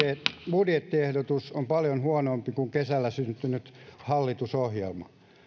budjettiehdotus on paljon huonompi kuin kesällä syntynyt hallitusohjelma